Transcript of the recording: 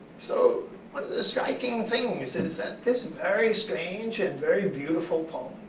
so one of the striking things is that this very strange and very beautiful poem,